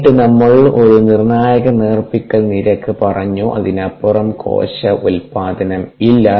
എന്നിട്ട് നമ്മൾ ഒരു നിർണായക നേർപ്പിക്കൽ നിരക്ക് പറഞ്ഞു അതിനപ്പുറം കോശ ഉൽപാദനം ഇല്ല